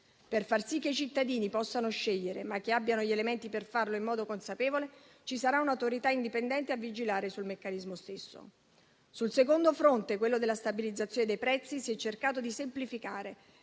Per far sì che i cittadini possano scegliere, ma che abbiano gli elementi per farlo in modo consapevole, ci sarà un'Autorità indipendente a vigilare sul meccanismo stesso. Sul secondo fronte, quello della stabilizzazione dei prezzi, si è cercato di semplificare